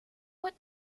what